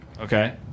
Okay